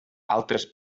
altres